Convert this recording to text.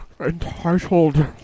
Entitled